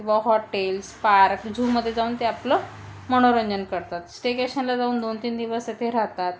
किंवा hotels park झूमध्ये जाऊन ते आपलं मनोरंजन करतात स्टेकेशनला जाऊन दोन तीन दिवस येथे राहतात